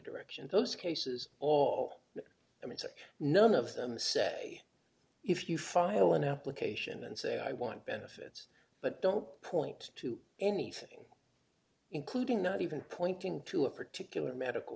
direction those cases all i mean say none of them say if you file an application and say i want benefits but don't point to anything including not even pointing to a particular medical